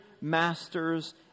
masters